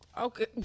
Okay